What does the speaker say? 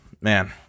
Man